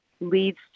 leads